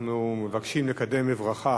אנחנו מבקשים לקדם בברכה